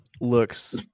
looks